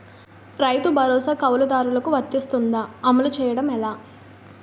రైతు భరోసా కవులుదారులకు వర్తిస్తుందా? అమలు చేయడం ఎలా